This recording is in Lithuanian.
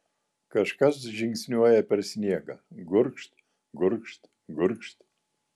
kažkas žingsniuoja per sniegą gurgžt gurgžt gurgžt